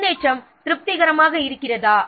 முன்னேற்றம் திருப்திகரமாக இருக்கிறதா